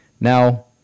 Now